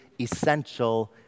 essential